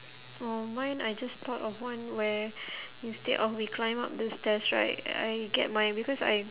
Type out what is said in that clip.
orh mine I just thought of one where instead of we climb up the stairs right I get my because I